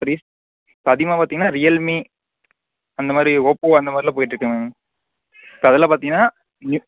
இப்போ அதிகமாக பார்த்திங்கன்னா ரியல்மீ அந்தமாதிரி ஓப்போ அந்தமாதிரிலா போய்ட்ருக்கு மேம் இப்போ அதெல்லாம் பார்த்திங்கன்னா